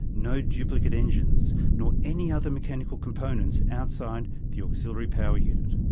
no duplicate engines nor any other mechanical components outside the auxiliary power unit.